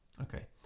okay